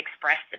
expressed